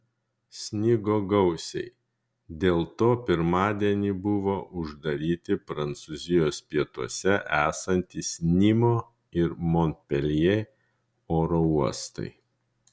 snigo gausiai dėl to pirmadienį buvo uždaryti prancūzijos pietuose esantys nimo ir monpeljė oro uostai